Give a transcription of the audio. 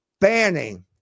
banning